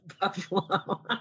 buffalo